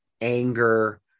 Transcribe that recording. anger